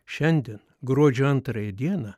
šiandien gruodžio antrąją dieną